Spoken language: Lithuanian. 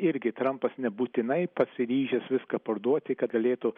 irgi trampas nebūtinai pasiryžęs viską parduoti kad galėtų